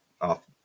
off